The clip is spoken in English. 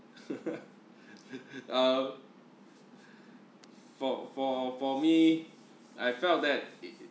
ah for for for me I felt that it